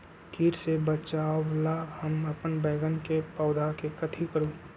किट से बचावला हम अपन बैंगन के पौधा के कथी करू?